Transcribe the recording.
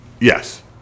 Yes